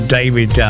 David